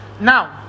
now